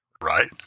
Right